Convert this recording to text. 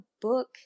book